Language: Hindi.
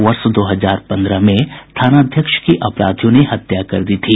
वर्ष दो हजार पन्द्रह में थानाध्यक्ष की अपराधियों ने हत्या कर दी थी